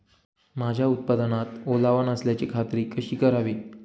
माझ्या उत्पादनात ओलावा नसल्याची खात्री कशी करावी?